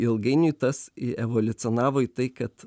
ilgainiui tas į evoliucionavo į tai kad